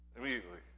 immediately